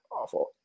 awful